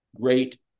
great